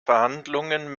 verhandlungen